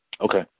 Okay